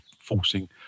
forcing